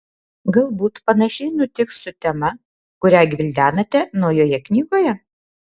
galbūt panašiai nutiks su tema kurią gvildenate naujoje knygoje